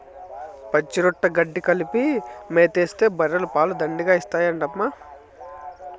పచ్చిరొట్ట గెడ్డి కలిపి మేతేస్తే బర్రెలు పాలు దండిగా ఇత్తాయంటమ్మా